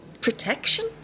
Protection